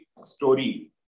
story